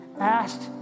asked